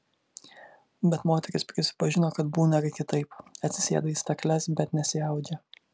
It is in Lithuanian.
bet moteris prisipažino kad būna ir kitaip atsisėda į stakles bet nesiaudžia